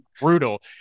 brutal